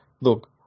look